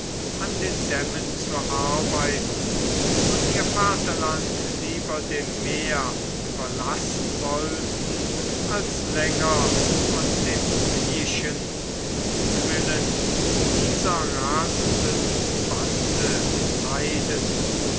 an den dämmen zu arbeiten und ihr vaterland lieber dem meer überlassen wollten als länger von dem viehischen muthwillen dieser rasenden bande leiden